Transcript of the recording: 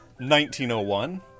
1901